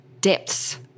depths